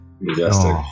majestic